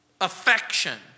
affection